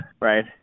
right